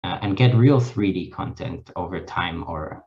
And get real 3D content over time or...